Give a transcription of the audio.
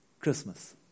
Christmas